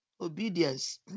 obedience